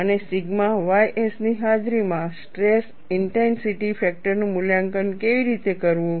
અને sigma ys ની હાજરીમાં સ્ટ્રેસ ઇન્ટેન્સિટી ફેક્ટરનું મૂલ્યાંકન કેવી રીતે કરવું